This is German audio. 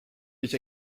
ich